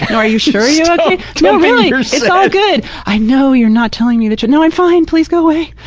and are you sure you're ok! no, really! it's so all good. i know you're not telling me the truth. no, i'm fine. please go away!